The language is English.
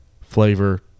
flavor